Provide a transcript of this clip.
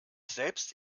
selbst